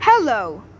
Hello